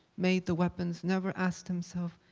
made the weapons, never asked himself,